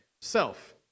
Self